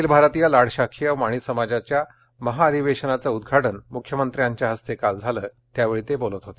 अखिल भारतीय लाडशाखीय वाणी समाजाच्या महावधिवेशनाचं उद्घाटन मुख्यमंत्र्यांच्या हस्ते काल झालं त्यावेळी ते बोलत होते